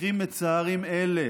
מקרים מצערים אלה